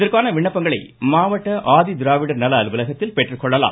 இதற்கான விண்ணப்பங்களை மாவட்ட ஆதிதிராவிடர் நல அலுவலகத்தில் பெற்றுக்கொள்ளலாம்